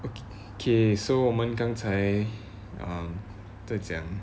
okay so 我们刚才在讲